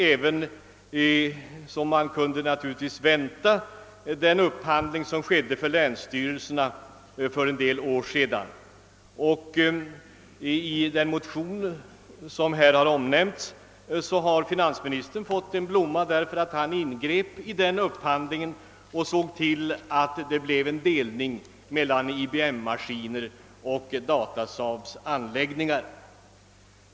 Som väntat har i debatten naturligtvis också berörts den upphandling som ägde rum för länsstyrelsernas del för en del år sedan, och i den här omnämnda motionen har finansministern fått en blomma därför att han ingrep beträffande upphandlingen och såg till att det blev både IBM-maskiner och Data-SAAB-anläggningar.